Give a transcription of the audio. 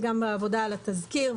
גם בעבודה על התזכיר,